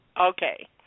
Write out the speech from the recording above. Okay